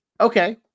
Okay